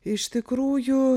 iš tikrųjų